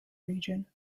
region